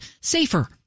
safer